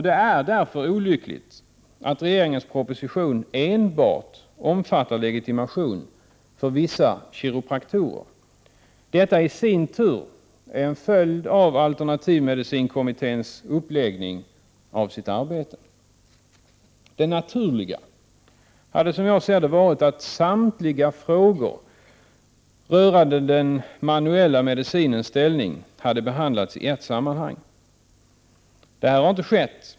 Det är därför olyckligt att regeringens proposition enbart omfattar legitimation för vissa kiropraktorer. Detta i sin tur är en följd av alternativmedicinkommitténs uppläggning av sitt arbete. Det naturliga hade varit att samtliga frågor rörande den manuella medicinens ställning hade behandlats i ett sammanhang. Detta har inte skett.